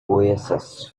oasis